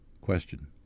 Question